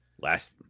Last